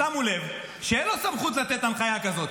שמו לב שאין לו סמכות לתת הנחיה כזאת.